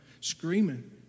screaming